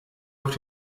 auf